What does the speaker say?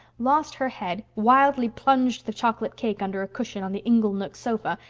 lost her head, wildly plunged the chocolate cake under a cushion on the inglenook sofa,